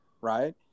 right